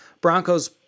Bronco's